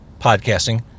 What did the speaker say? podcasting